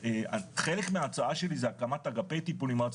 חלק מההצעה שלי זה הקמת אגפי טיפול נמרץ,